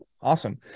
awesome